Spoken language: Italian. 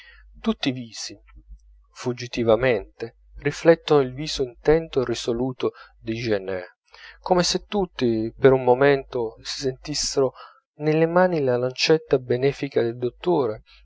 tutti i visi fuggitivamente riflettono il viso intento e risoluto di jenner come se tutti per un momento si sentissero nelle mani la lancetta benefica del dottore